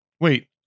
Wait